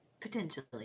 potentially